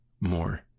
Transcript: more